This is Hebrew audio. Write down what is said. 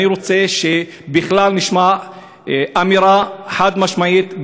אני רוצה שנשמע אמירה חד-משמעית,